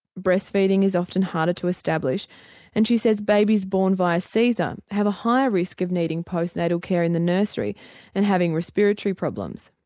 breast feeding is often harder to establish and she says babies born by caesar have a higher risk of needing postnatal care in the nursery and having respiratory problems.